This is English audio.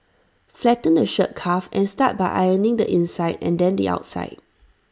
flatten the shirt cuff and start by ironing the inside and then the outside